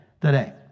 today